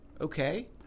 Okay